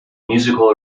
musical